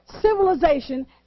civilization